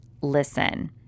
listen